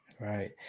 Right